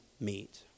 meet